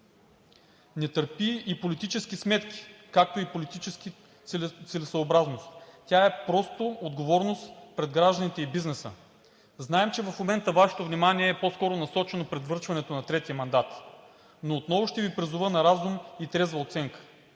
не търпи и политически сметки, както и политически целесъобразности, тя е просто отговорност пред гражданите и бизнеса. Знаем, че в момента Вашето внимание е по-скоро насочено към връчването на третия мандат, но отново ще Ви призова за разум и трезва оценка